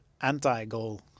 anti-goal